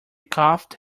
coughed